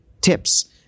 tips